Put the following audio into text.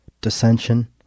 dissension